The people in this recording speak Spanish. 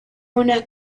una